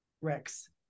Rex